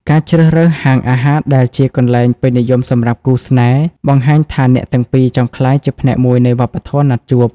ការជ្រើសរើសហាងអាហារដែលជាកន្លែងពេញនិយមសម្រាប់គូស្នេហ៍ បង្ហាញថាអ្នកទាំងពីរចង់ក្លាយជាផ្នែកមួយនៃវប្បធម៌ណាត់ជួប។